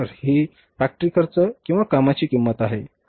ही factory खर्च किंवा कामाची किंमत आहे